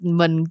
mình